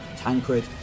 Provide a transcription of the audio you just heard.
Tancred